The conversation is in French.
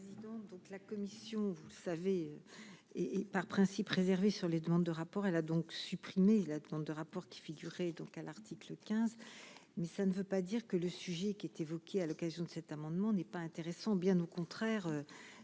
La présidente donc la commission vous savez et et par principe réservés sur les demandes de rapport, elle a donc supprimé la de rapports qui figurait donc à l'article 15 mais ça ne veut pas dire que le sujet qui était évoqué à l'occasion de cet amendement n'est pas intéressant, bien au contraire,